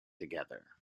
together